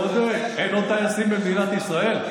יש פה עוד, אין עוד טייסים במדינת ישראל?